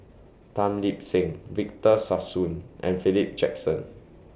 Tan Lip Seng Victor Sassoon and Philip Jackson